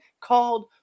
called